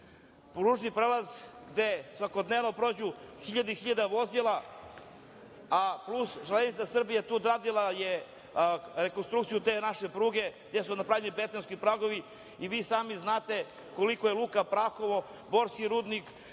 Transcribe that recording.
pružni prelaz gde svakodnevno prođu hiljade i hiljade vozila, a plus „Železnica Srbije“ je tu odradila rekonstrukciju te naše pruge gde su napravljeni betonski pragovi. Vi sami znate kolika je Luka Prahovo, Borski rudnik,